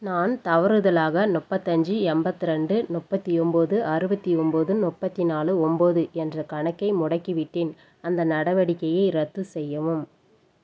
நான் தவறுதலாக முப்பத்தஞ்சு எண்பத்ரெண்டு முப்பத்தி ஒம்பது அறுபத்தி ஒம்பது முப்பத்தி நாலு ஒம்பது என்ற கணக்கை முடக்கிவிட்டேன் அந்த நடவடிக்கையை ரத்து செய்யவும்